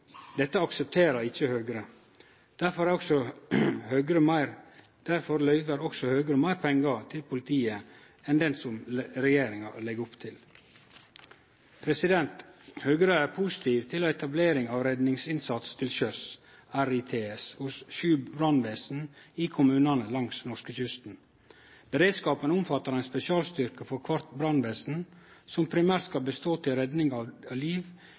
Høgre. Derfor løyver også Høgre meir pengar til politiet enn det regjeringa legg opp til. Høgre er positiv til etablering av Redningsinnsats til sjøs – RITS – hos sju brannvesen i kommunane langs norskekysten. Beredskapen omfattar ein spesialstyrke frå kvart brannvesen som primært skal hjelpe til med redning av liv